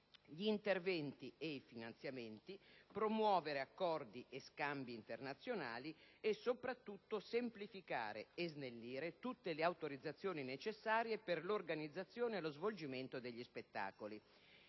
gli interventi e i finanziamenti, di promuovere accordi e scambi internazionali e, soprattutto, di semplificare e snellire tutte le autorizzazioni necessarie per l'organizzazione e lo svolgimento degli spettacoli.